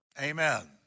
Amen